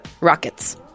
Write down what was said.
Rockets